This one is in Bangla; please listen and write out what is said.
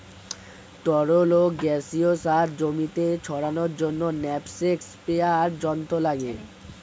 তরল ও গ্যাসীয় সার জমিতে ছড়ানোর জন্য ন্যাপস্যাক স্প্রেয়ার যন্ত্র লাগে